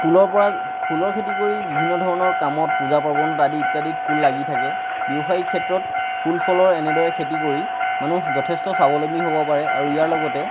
ফুলৰ পৰা ফুলৰ খেতি কৰি বিভিন্ন ধৰণৰ কামত পূজা পাৰ্বণত আদিত ইত্যাদিত ফুল লাগি থাকে ব্য়ৱসায়িক ক্ষেত্ৰত ফুল ফলৰ এনেদৰে খেতি কৰি মানুহ যথেষ্ট স্ৱাৱলম্বী হ'ব পাৰে আৰু ইয়াৰ লগতে